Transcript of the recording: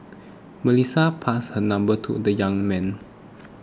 Melissa passed her number to the young man